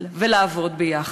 ולעבוד ביחד,